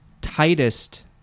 tightest